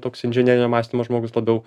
toks inžinerinio mąstymo žmogus labiau